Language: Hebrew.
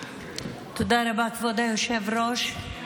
תודה רבה, כבוד היושב-ראש.